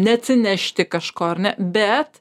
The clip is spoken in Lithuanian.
neatsinešti kažko ar ne bet